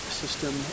system